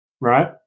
right